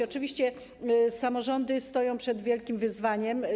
Oczywiście samorządy stoją przed wielkim wyzwaniem.